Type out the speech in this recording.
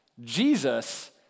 Jesus